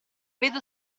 vedo